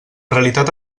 realitat